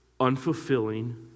unfulfilling